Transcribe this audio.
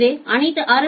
எனவே அனைத்து ஆர்